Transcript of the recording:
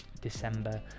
december